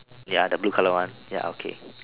ya the blue color one ya okay